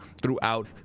throughout